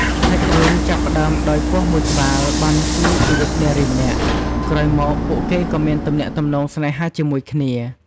សាច់រឿងចាប់ផ្ដើមដោយពស់មួយក្បាលបានជួយជីវិតនារីម្នាក់ ក្រោយមក ពួកគេក៏មានទំនាក់ទំនងស្នេហាជាមួយគ្នា។